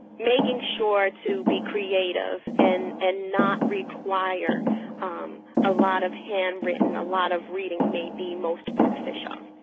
making sure to be creative and and not require a lot of handwritten, a lot of reading, may be most beneficial.